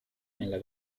nella